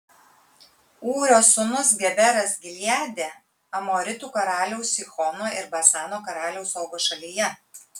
ūrio sūnus geberas gileade amoritų karaliaus sihono ir basano karaliaus ogo šalyje